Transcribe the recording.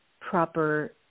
proper